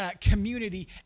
community